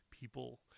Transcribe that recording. People